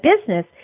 business